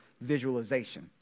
visualization